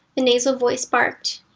the nasal voice barked.